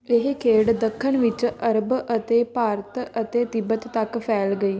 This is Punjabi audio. ਇਹ ਖੇਡ ਦੱਖਣ ਵਿੱਚ ਅਰਬ ਅਤੇ ਭਾਰਤ ਅਤੇ ਤਿੱਬਤ ਤੱਕ ਫੈਲ ਗਈ